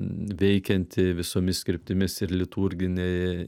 veikianti visomis kryptimis ir liturginė